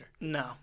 No